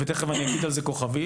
ותכף אני אגיד על זה כוכבית.